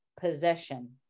Possession